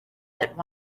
that